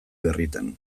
berritan